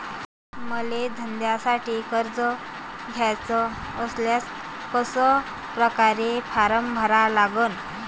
मले धंद्यासाठी कर्ज घ्याचे असल्यास कशा परकारे फारम भरा लागन?